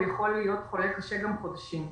הוא יכול להיות חולה קשה גם חודשים.